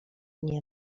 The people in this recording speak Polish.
nie